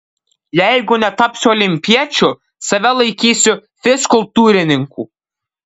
jeigu netapsiu olimpiečiu save laikysiu fizkultūrininku